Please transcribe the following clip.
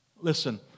Listen